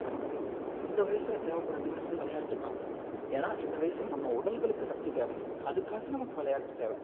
நமக்கு இந்த வயசில் தேவைப்படுறதுங்கிறது விளையாட்டு தான் ஏன்னா இந்த வயசில் நம்ம உடல்களுக்கு சக்தி தேவை அதுக்காக நமக்கு விளையாட்டு தேவை